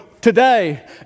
today